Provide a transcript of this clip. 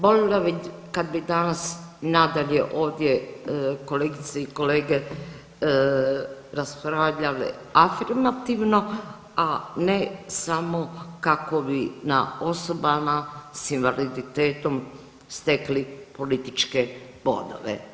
Voljela bih, kad bi danas, nadalje, ovdje, kolegice i kolege, raspravljale afirmativno, a ne samo kako bi na osobama s invaliditetom stekli političke bodove.